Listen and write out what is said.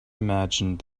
imagined